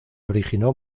originó